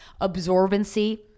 Absorbency